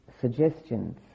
suggestions